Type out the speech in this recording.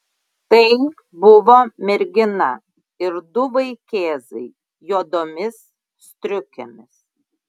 tai buvo mergina ir du vaikėzai juodomis striukėmis